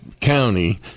county